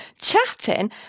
chatting